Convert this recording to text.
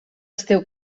esteu